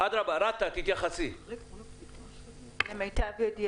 אנחנו נראה שנגיע לסוף ספטמבר, עוד פעם נבוא